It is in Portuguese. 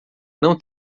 não